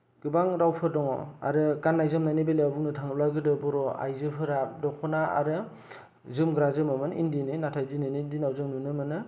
गोबां रावफोर दङ आरो गान्नाय जोमनायनि बेलायाव बुंनो थाङोब्ला गोदो बर' आइजोफोरा दखना आरो जोमग्रा जोमोमोन इन्दिनि नाथाय दिनैनि दिनाव जों नुनो मोनो